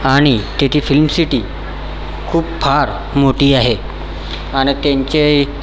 आणि तीती film city खूप फार मोठी आहे आणि त्यांचे